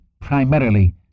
primarily